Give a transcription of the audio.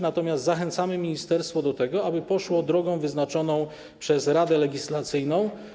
Natomiast zachęcamy ministerstwo do tego, aby poszło drogą wyznaczoną przez Radę Legislacyjną.